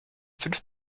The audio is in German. fünf